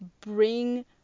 bring